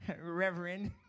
Reverend